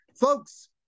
folks